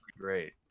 great